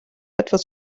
etwas